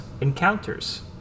encounters